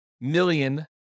million